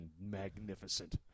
magnificent